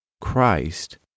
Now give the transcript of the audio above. Christ